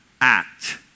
act